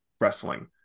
wrestling